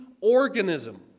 organism